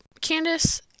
Candice